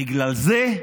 בגלל זה?